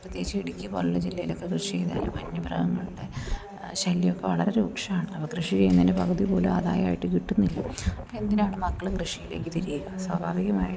പ്രത്യേകിച്ചും ഇടുക്കി പോലെയുള്ള ജില്ലയിലൊക്കെ കൃഷി ചെയ്താൽ വന്യമൃഗങ്ങളുടെ ശല്യമൊക്കെ വളരെ രൂക്ഷമാണ് അപ്പം കൃഷി ചെയ്യുന്നതിൻ്റെ പകുതി പോലും ആദായമായിട്ട് കിട്ടുന്നില്ല അപ്പം എന്തിനാണ് മക്കൾ കൃഷിയിലേക്ക് തിരിയുക സ്വാഭാവികമായിട്ടും